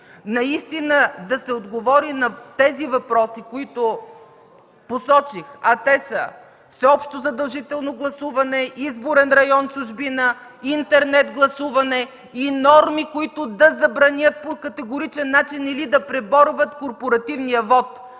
наистина да се отговори на тези въпроси, които посочих, а те са: всеобщо задължително гласуване, изборен район в чужбина, интернет гласуване и норми, които да забранят по категоричен начин или да преборват корпоративния вот,